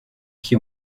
qui